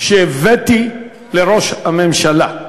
שהבאתי לראש הממשלה,